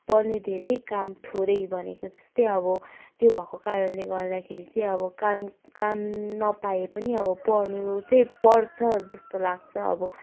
पढ्ने धेरै काम थोरै भनेको जस्तै अब त्यो भएको कारणले गर्दाखेरि चाहिँ अब कामकाम नपाए पनि अब पढनु चाहिँ पर्छ जस्तो लाग्छ अब